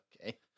Okay